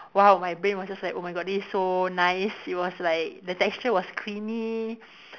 !wow! my brain was just like oh my god this is so nice it was like the texture was creamy